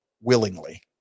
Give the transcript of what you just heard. willingly